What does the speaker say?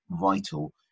vital